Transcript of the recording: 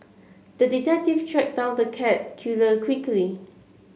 the detective tracked down the cat killer quickly